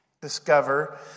discover